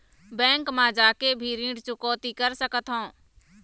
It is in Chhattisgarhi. बैंक मा जाके भी ऋण चुकौती कर सकथों?